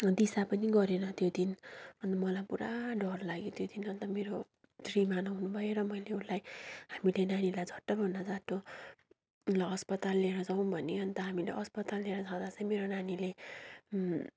दिसा पनि गरेन त्यो दिन अन्त मलाई पूरा डर लाग्यो त्यो दिन अन्त मेरो श्रीमान आउनु भएर मैले उनलाई हामीले नानीलाई झट्टभन्दा झट्ट उसलाई अस्पताल लिएर जाउँ भनेँ अन्त हामीले अस्पताल लिएर जाँदा चाहिँ मेरो नानीले